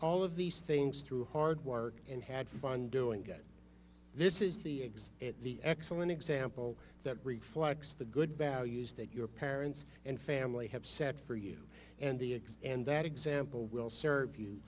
all of these things through hard work and had fun doing it this is the eggs at the excellent example that reflects the good values that your parents and family have set for you and the ex and that example will serve you